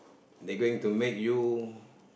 they going to make you